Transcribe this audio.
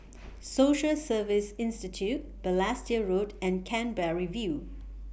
Social Service Institute Balestier Road and Canberra View